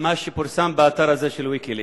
מה שפורסם באתר הזה, "ויקיליקס".